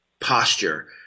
posture